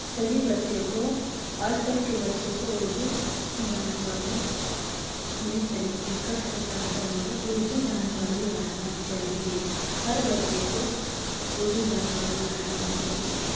سبھی بچے کو آج کل کے بچے کو اردو جانکاری میں تنی دقت ہوتا ہے مگر اردو جانکاری رہنا چاہیے ہر بچے کو اردو جانکاری رہنا چاہیے